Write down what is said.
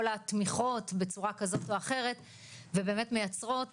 התמיכות בצורה כזאת או אחרת ובאמת מייצרות